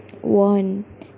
one